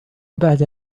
بعد